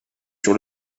sur